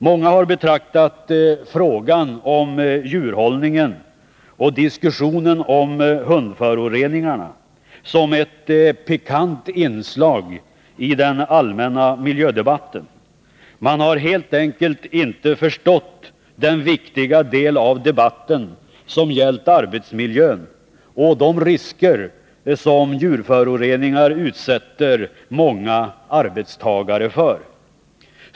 Många har betraktat frågan om djurhållningen och diskussionen om hundföroreningarna som ett pikant inslag i den allmänna miljödebatten. Man har helt enkelt inte förstått den viktiga del av debatten som gällt arbetsmiljön och de risker som djurföroreningar utsätter många arbetstagare för.